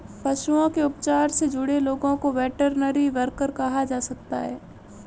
पशुओं के उपचार से जुड़े लोगों को वेटरनरी वर्कर कहा जा सकता है